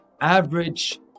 average